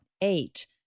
eight